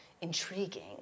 intriguing